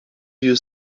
you